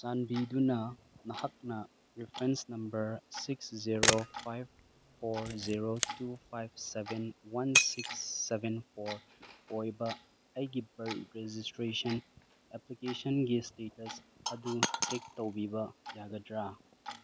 ꯆꯥꯟꯕꯤꯗꯨꯅ ꯅꯍꯥꯛꯅ reference number six zero five four zero two five seven one six seven four ꯑꯣꯏꯕ ꯑꯩꯒꯤ Bharat registration ꯑꯦꯄ꯭ꯂꯤꯀꯦꯁꯟꯒꯤ ꯏꯁꯇꯦꯇꯁ ꯑꯗꯨ ꯆꯦꯛ ꯇꯧꯕꯤꯕ ꯌꯥꯒꯗ꯭ꯔꯥ